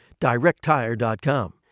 DirectTire.com